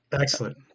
excellent